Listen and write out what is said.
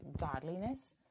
godliness